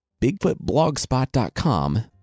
Bigfootblogspot.com